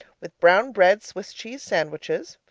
with brown bread swiss cheese sandwiches.